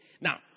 now